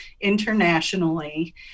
internationally